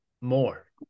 more